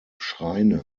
schreine